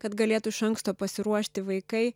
kad galėtų iš anksto pasiruošti vaikai